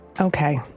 Okay